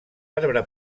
arbre